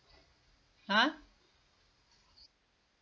ha